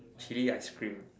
chili ice cream